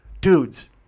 Dudes